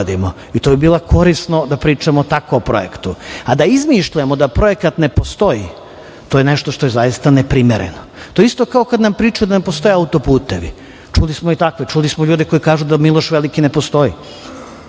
i to bi bilo korisno da pričamo tako o projektu. Da izmišljamo da projekat ne postoji, to je nešto što je zaista neprimereno. To isto kad nam priča da ne postoje auto-putevi. Čuli smo i takve… Čuli smo ljude koji kažu da „Miloš Veliki“ ne postoji.